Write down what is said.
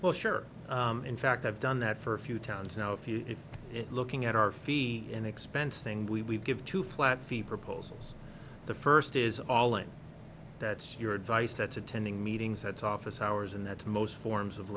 well sure in fact i've done that for a few towns now if you have it looking at our fee and expense thing we give two flat fee proposals the first is all and that's your advice that's attending meetings that's office hours and that to most forms of